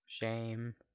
Shame